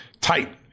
tight